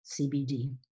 CBD